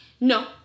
no